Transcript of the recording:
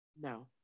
No